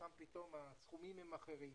שם פתאום הסכומים הם אחרים.